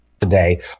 Today